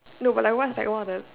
no but like what was one of the